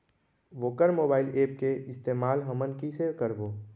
वोकर mobile app के इस्तेमाल हमन कइसे करबो?